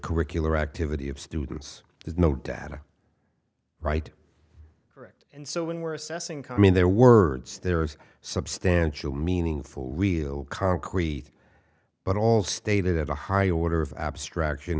curricular activity of students there's no data right correct and so when we're assessing come in their words there is substantial meaningful real concrete but all stated that a higher order of abstraction